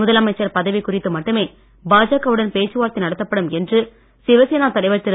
முதலமைச்சர் பதவி குறித்து மட்டுமே பாஜக உடன் பேச்சுவார்த்தை நடத்தப்படும் என்று சிவசேனா தலைவர் திரு